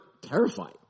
terrified